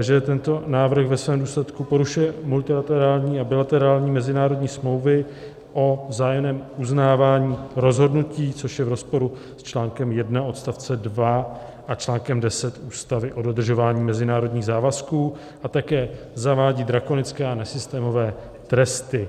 že tento návrh ve svém důsledku porušuje multilaterální a bilaterální mezinárodní smlouvy o vzájemném uznávání rozhodnutí, což je v rozporu s článkem 1 odst. 2 a článkem 10 Ústavy o dodržování mezinárodních závazků, a také zavádí drakonické a nesystémové tresty.